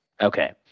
Okay